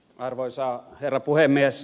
arvoisa herra puhemies